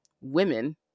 women